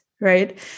Right